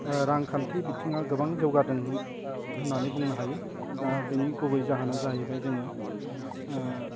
ओह रांखान्थि बिथाङा गोबां जौगादों होन्नानै बुंनो हायो दा बिनि गुबै जाहोना जाहैबाय जोङो ओह